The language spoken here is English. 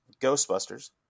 ghostbusters